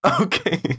Okay